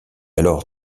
alors